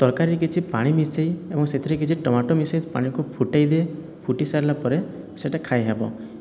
ତରକାରୀରେ କିଛି ପାଣି ମିଶେଇ ଏବଂ ସେଥିରେ କିଛି ଟମାଟ ମିଶେଇ ପାଣିକୁ ଫୁଟେଇ ଦେ ଫୁଟିସାରିଲା ପରେ ସେଇଟା ଖାଇହେବ